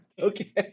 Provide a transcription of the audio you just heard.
Okay